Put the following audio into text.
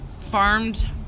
farmed